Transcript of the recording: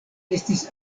estis